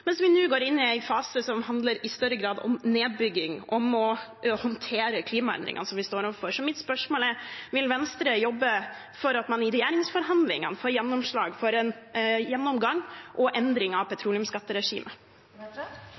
mens vi nå går inn i en fase som i større grad handler om nedbygging, og om å håndtere klimaendringene som vi står overfor. Så mitt spørsmål er: Vil Venstre jobbe for at man i regjeringsforhandlingene får gjennomslag for en gjennomgang og endring av petroleumsskatteregimet?